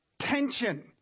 tension